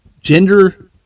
gender